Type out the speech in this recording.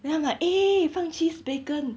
then I'm like eh 放 cheese bacon